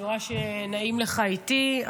אני רואה שנעים לך איתי -- תמיד.